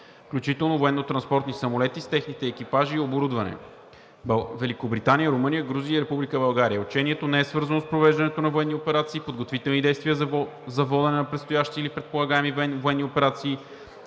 включително военнотранспортни самолети с техните екипажи и оборудване на Великобритания, Румъния, Грузия и Република България. Учението не е свързано с провеждането на военни операции и подготвителни действия за водене на предстоящи или предполагаеми военни операции,